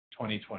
2020